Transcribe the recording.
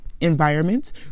environments